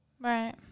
Right